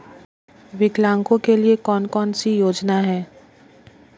विकलांगों के लिए कौन कौनसी योजना है?